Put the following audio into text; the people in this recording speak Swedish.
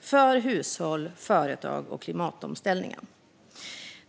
för hushållen, företagen och klimatomställningen.